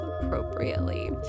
appropriately